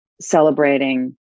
celebrating